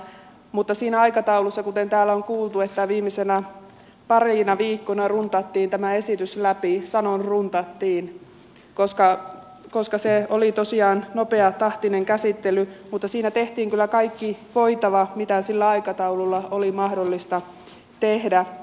mutta siinä aikataulussa kuten täällä on kuultu että viimeisinä parina viikkona runtattiin tämä esitys läpi sanon runtattiin koska se oli tosiaan nopeatahtinen käsittely tehtiin kyllä kaikki voitava mitä sillä aikataululla oli mahdollista tehdä